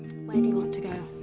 you want to go?